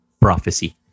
prophecy